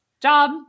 job